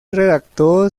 redactó